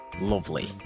lovely